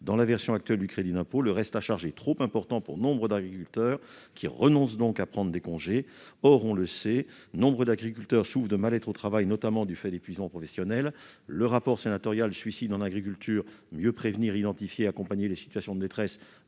Dans la version actuelle du crédit d'impôt, le reste à charge est trop important pour nombre d'agriculteurs, qui renoncent ainsi à prendre des congés. Or, on le sait, nombre d'agriculteurs souffrent de mal-être au travail, notamment du fait d'épuisement professionnel. Le rapport sénatorial de nos collègues Henri Cabanel et Françoise Férat